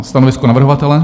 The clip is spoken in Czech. Stanovisko navrhovatele?